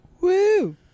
Woo